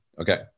Okay